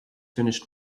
finished